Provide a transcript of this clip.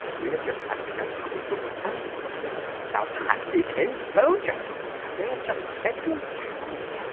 we've just had a young couple from antwerp now, that is in belgium and they've just settled down yeah